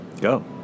go